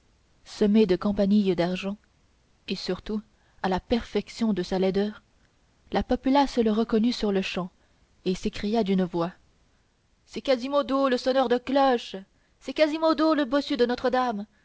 semé de campanilles d'argent et surtout à la perfection de sa laideur la populace le reconnut sur-le-champ et s'écria d'une voix c'est quasimodo le sonneur de cloches c'est quasimodo le bossu de notre-dame